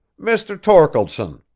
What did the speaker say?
mr. torkeldsen,